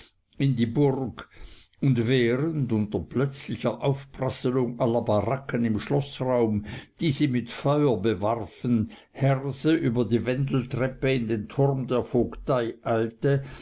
in die burg und während unter plötzlicher aufprasselung aller baracken im schloßraum die sie mit feuer bewarfen herse über die windeltreppe in den turm der vogtei eilte